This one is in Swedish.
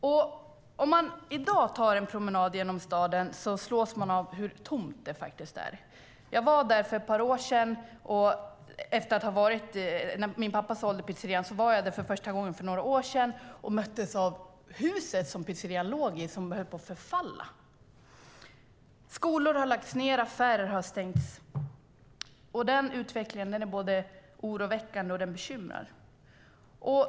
När man i dag tar en promenad genom staden slås man av hur tomt det är. Jag var där för ett par år sedan för första gången sedan min pappa sålde pizzerian, och jag möttes av att det hus som pizzerian låg i höll på att förfalla. Skolor har lagts ned och affärer har stängts. Den utvecklingen är oroväckande, och den bekymrar.